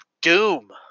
doom